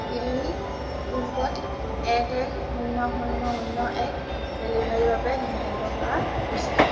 Delhi pincode এক এক শূন্য শূন্য শূন্য এক ডেলিভাৰীৰ বাবে নিৰ্ধাৰিত কৰা হৈছে